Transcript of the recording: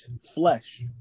flesh